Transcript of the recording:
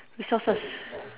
resources